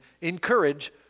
encourage